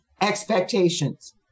expectations